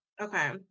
Okay